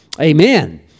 Amen